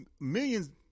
millions